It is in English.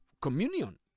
communion